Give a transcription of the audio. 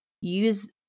use